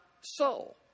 soul